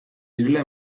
zirela